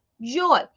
Joy